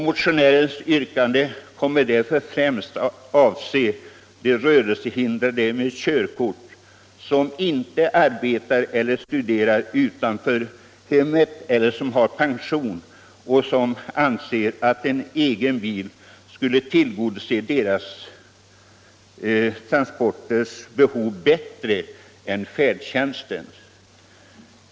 Motionärens yrkande kommer därför främst att avse de rörelsehindrade med körkort som inte arbetar eller studerar utanför hemmet eller som åtnjuter pension och som anser att en egen bil skulle tillgodose deras transportbehov bättre än färdtjänsten.